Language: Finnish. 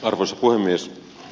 arvoisa puhemies